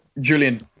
Julian